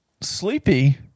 sleepy